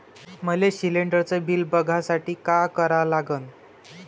मले शिलिंडरचं बिल बघसाठी का करा लागन?